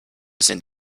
sind